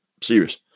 serious